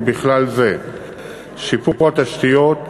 ובכלל זה שיפור התשתיות,